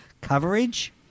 coverage